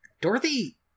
Dorothy